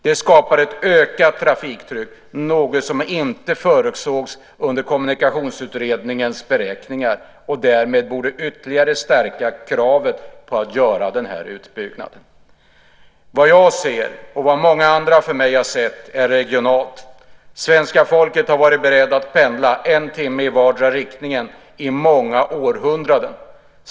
Det skapar ett ökat trafiktryck, något som inte förutsågs under Kommunikationsutredningens beräkningar. Det borde därmed ytterligare stärka kravet på att denna utbyggnad görs. Vad jag och många andra har sett är att svenska folket har varit berett att pendla en timme i vardera riktningen under många århundraden.